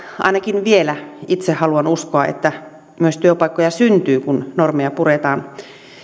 ainakin vielä itse haluan uskoa että työpaikkoja myös syntyy kun normeja puretaan